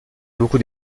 beaucoup